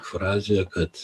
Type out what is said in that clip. frazę kad